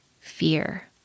fear